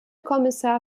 kommissar